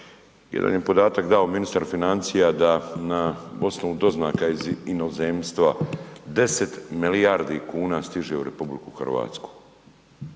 jedan je podatak dao ministar financija da na osnovu doznaka iz inozemstva 10 milijardi kuna stiže u RH.